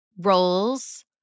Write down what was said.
roles